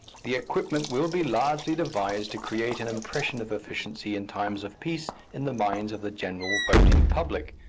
the equipment will be largely devised to create an impression of efficiency in times of peace in the minds of the general voting public,